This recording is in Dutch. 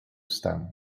staan